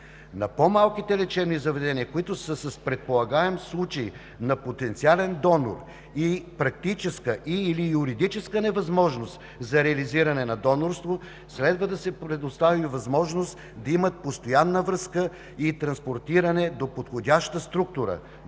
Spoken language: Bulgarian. На по-малките лечебни заведения, които са с предполагаем случай на потенциален донор и практическа и/или юридическа невъзможност за реализиране на донорство, следва да се предостави възможност да имат постоянна връзка и транспортиране до подходяща структура –